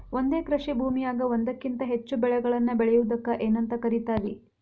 ಒಂದೇ ಕೃಷಿ ಭೂಮಿಯಾಗ ಒಂದಕ್ಕಿಂತ ಹೆಚ್ಚು ಬೆಳೆಗಳನ್ನ ಬೆಳೆಯುವುದಕ್ಕ ಏನಂತ ಕರಿತಾರಿ?